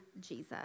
Jesus